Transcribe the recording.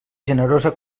generosa